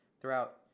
throughout